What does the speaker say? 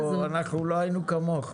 אנחנו לא היינו כמוך.